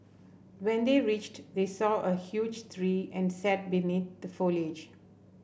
when they reached they saw a huge tree and sat beneath the foliage